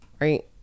right